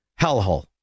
hellhole